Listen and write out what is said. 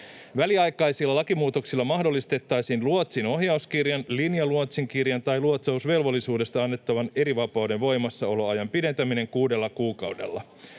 Väliaikaisilla lakimuutoksilla mahdollistettaisiin luotsin ohjauskirjan, linjaluotsinkirjan tai luotsausvelvollisuudesta annettavan erivapauden voimassaoloajan pidentäminen kuudella kuukaudella.